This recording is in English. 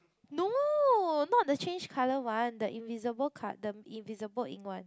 no not the change colour one the invisible col~ the invisible ink one